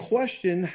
question